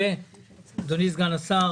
לאדוני סגן שר